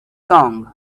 song